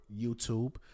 YouTube